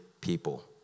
people